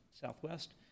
Southwest